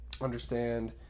understand